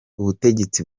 ubutegetsi